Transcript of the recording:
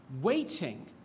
waiting